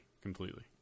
Completely